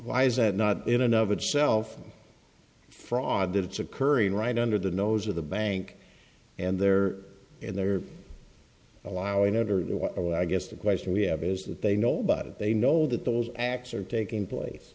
why is that not in and of itself a fraud that it's occurring right under the nose of the bank and they're and they're allowing under the wire i guess the question we have is that they know about it they know that those acts are taking place